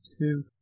two